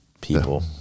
people